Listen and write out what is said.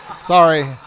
Sorry